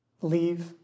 Leave